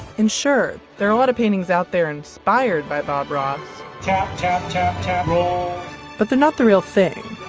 and sure, there are a lot of paintings out there inspired by bob ross. tap tap, tap, tap roll but they're not the real thing.